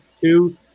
two